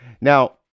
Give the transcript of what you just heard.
Now